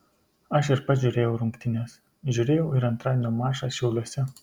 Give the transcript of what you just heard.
aš ir pats žiūrėjau rungtynes žiūrėjau ir antradienio mačą šiauliuose